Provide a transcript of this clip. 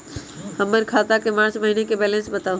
हमर खाता के मार्च महीने के बैलेंस के बताऊ?